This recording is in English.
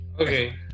okay